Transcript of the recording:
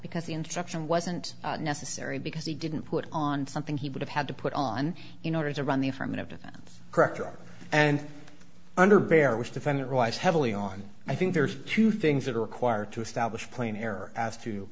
because the instruction wasn't necessary because he didn't put on something he would have had to put on in order to run the affirmative defense correct and under bear which defendant relies heavily on i think there's two things that are required to establish plain error as to